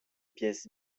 pièces